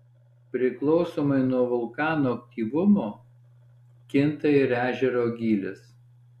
priklausomai nuo vulkano aktyvumo kinta ir ežero gylis